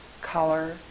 color